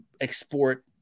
export